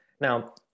Now